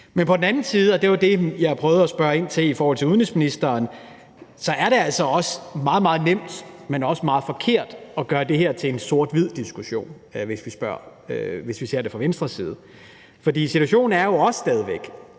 Men på den anden side – og det var det, jeg prøvede at spørge ind til til udenrigsministeren – er det altså også meget, meget nemt, men også meget forkert at gøre det her til en sort-hvid-diskussion, hvis vi ser det fra Venstres side. For situationen er jo også stadig væk,